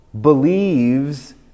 believes